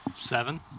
Seven